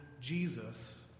Jesus